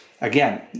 Again